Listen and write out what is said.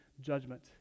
judgment